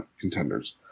contenders